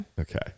Okay